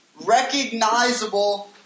recognizable